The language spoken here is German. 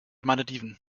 malediven